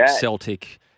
Celtic